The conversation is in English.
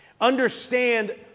Understand